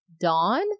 Dawn